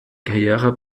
karriere